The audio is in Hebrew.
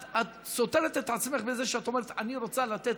את סותרת את עצמך בזה שאת אומרת: אני רוצה לתת